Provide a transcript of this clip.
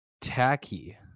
tacky